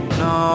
no